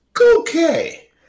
okay